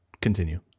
Continue